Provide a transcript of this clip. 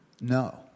No